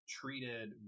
treated